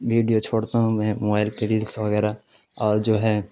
video چھوڑتا ہوں میں موبائل کے ریلس وغیرہ اور جو ہے